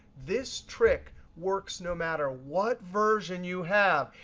this trick works no matter what version you have,